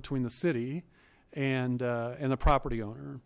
between the city and and the property owner